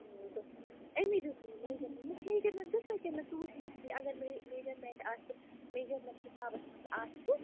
دوٚپمَس أمی دیُت مےٚ یہِ میجَرمٮ۪نٛٹ دوٚپمَس میجَرمٮ۪نٛٹ دیُتمےَ ژےٚ مےٚ ژٕ وُچھ مےٚ اَگر مےٚ میجَرمٮ۪نٛٹ آسہِ میجَرمٮ۪نٛٹ حِسابَس منٛز آسہِ